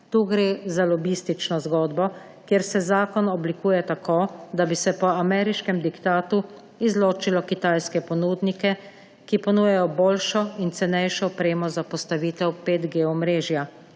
tu gre za lobistično zgodbo, kjer se zakon oblikuje tako, da bi se po ameriškem diktatu izločilo kitajske ponudnike, ki ponujajo boljšo in cenejšo opremo za postavitev omrežja